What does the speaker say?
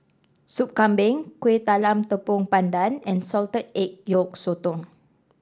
Soup Kambing Kueh Talam Tepong Pandan and Salted Egg Yolk Sotong